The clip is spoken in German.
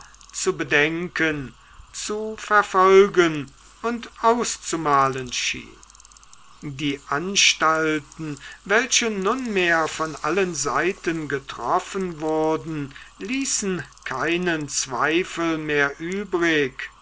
zu bedenken zu verfolgen und auszumalen schien die anstalten welche nunmehr von allen seiten getroffen wurden ließen keinen zweifel mehr übrig